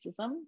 racism